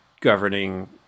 governing